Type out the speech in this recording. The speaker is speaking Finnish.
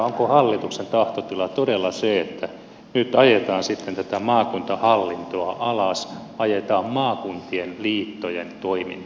onko hallituksen tahtotila todella se että nyt ajetaan sitten tätä maakuntahallintoa alas ajetaan maakuntien liittojen toiminta alas